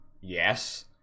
yes